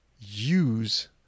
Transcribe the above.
use